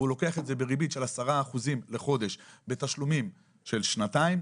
והוא לוקח את זה בריבית של 10% בחודש בתשלומים של שנתיים,